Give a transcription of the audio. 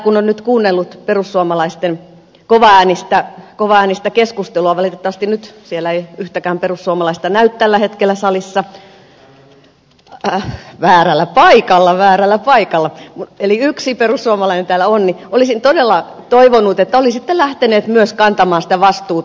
kun on nyt täällä kuunnellut perussuomalaisten kovaäänistä keskustelua valitettavasti nyt ei yhtäkään perussuomalaista näy tällä hetkellä salissa väärällä paikalla väärällä paikalla eli yksi perussuomalainen täällä on niin olisin todella toivonut että olisitte lähteneet myös kantamaan sitä vastuuta